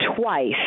twice